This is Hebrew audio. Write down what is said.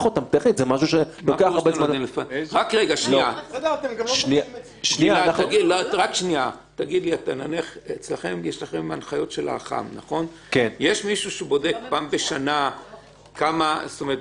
אני מגיעה לסעיף ג2 בעמ' 4. זה הסעיף שמונה את